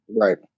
Right